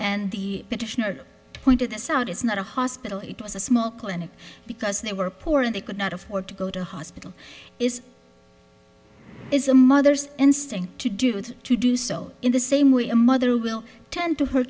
and the petitioner pointed this out is not a hospital it was a small clinic because they were poor and they could not afford to go to hospital is is a mother's instinct to do with to do so in the same way a mother will tend to her